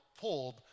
pulled